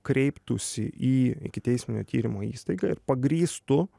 kreiptųsi į ikiteisminio tyrimo įstaigą ir pagrįstų